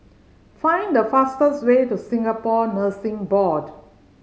find the fastest way to Singapore Nursing Board